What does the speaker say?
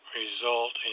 result